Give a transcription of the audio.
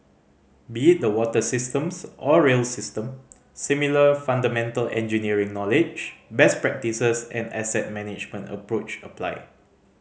be it the water systems or rail system similar fundamental engineering knowledge best practises and asset management approach apply